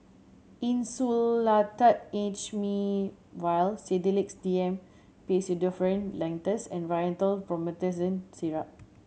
Insulatard H vial Sedilix D M Pseudoephrine Linctus and Rhinathiol Promethazine Syrup